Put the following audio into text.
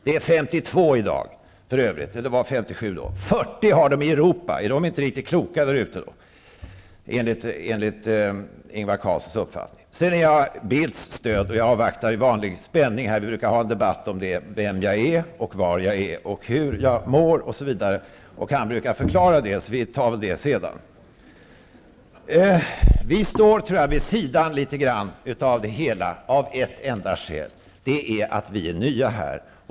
I dag är det för övrigt 52 %. I Europa har de 40 %. Är de inte riktigt kloka där ute då, enligt Ingvar Carlssons uppfattning? Sedan är jag Bildts stöd. Jag avvaktar i vanlig spänning, eftersom vi brukar ha en debatt om vem jag är, var jag är, hur jag mår osv. Han brukar förklara det. Vi tar väl det sedan. Vi står litet grand vid sidan av det hela av ett enda skäl, nämligen att vi är nya här.